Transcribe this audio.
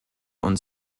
und